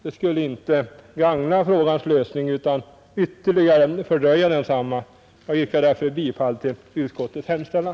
Det skulle inte gagna frågans lösning utan ytterligare fördröja densamma. Jag yrkar därför bifall till utskottets hemställan.